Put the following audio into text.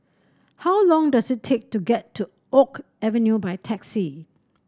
how long does it take to get to Oak Avenue by taxi